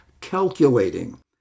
calculating